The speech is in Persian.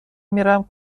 میرم